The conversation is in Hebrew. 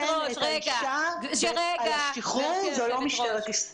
את האישה על השחרור זו לא משטרת ישראל.